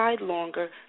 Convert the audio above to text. longer